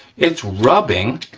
it's rubbing